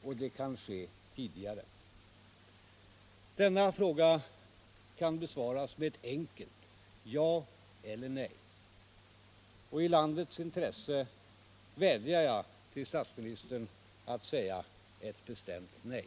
Och det kan ske tidigare också”? Denna fråga kan besvaras med ett enkelt ja eller nej, och i landets intresse vädjar jag till statsministern att säga ett bestämt nej.